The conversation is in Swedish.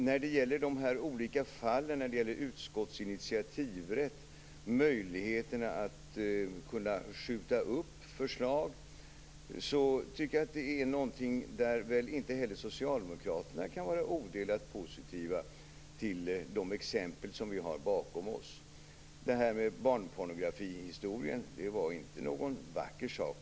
När det gäller de här olika fallen - utskottens initiativrätt och möjligheten att skjuta upp förslag - kan väl inte heller socialdemokraterna vara odelat positiva till de exempel som vi har bakom oss. Barnpornografihistorien var inte någon vacker sak.